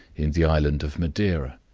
in the island of madeira.